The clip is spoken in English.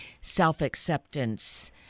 self-acceptance